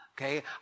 Okay